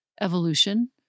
evolution